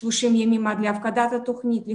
30 ימים עד להפקדת התוכנית,